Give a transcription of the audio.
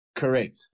Correct